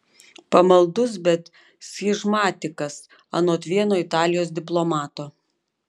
pamaldus bet schizmatikas anot vieno italijos diplomato